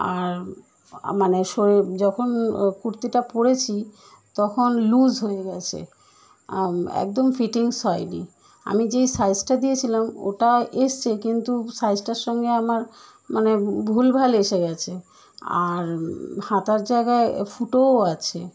আর মানে শোয়ে যখন কুর্তিটা পরেছি তখন লুজ হয়ে গিয়েছে একদম ফিটিংস হয়নি আমি যেই সাইজটা দিয়েছিলাম ওটা এসেছে কিন্তু সাইজটার সঙ্গে আমার মানে ভুলভাল এসে গিয়েছে আর হাতার জায়গায় ফুটোও আছে